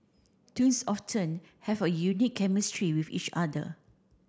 twins often have a unique chemistry with each other